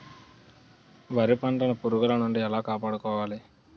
వరి పంటను పురుగుల నుండి ఎలా కాపాడుకోవాలి?